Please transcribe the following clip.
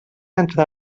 entre